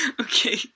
Okay